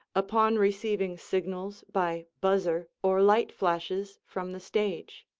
upon receiving signals by buzzer or light-flashes from the stage.